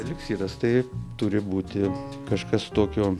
eliksyras tai turi būti kažkas tokio